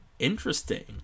interesting